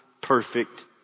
perfect